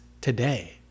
today